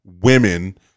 women